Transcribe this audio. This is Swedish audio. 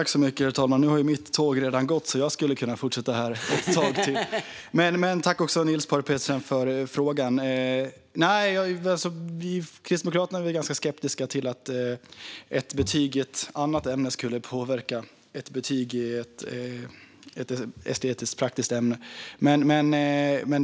Herr talman! Jag tackar Niels Paarup-Petersen för frågan. Kristdemokraterna är skeptiska till att ett betyg i ett teoretiskt ämne skulle påverka ett betyg i ett praktisk-estetiskt ämne.